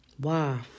Wow